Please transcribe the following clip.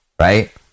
right